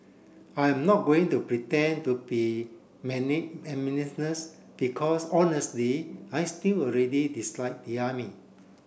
I'm not going to pretend to be because honestly I still really dislike the army